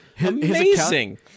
amazing